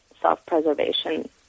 self-preservation